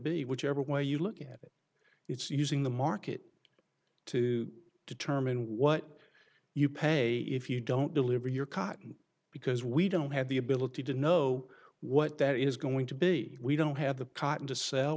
be whichever way you look at it it's using the market to determine what you pay if you don't deliver your cotton because we don't have the ability to know what that is going to be we don't have the cotton to sell